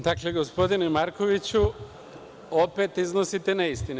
Dakle, gospodine Markoviću, opet iznosite neistine.